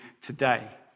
today